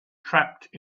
trapped